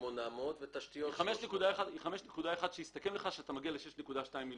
300 אלף זה תשתיות.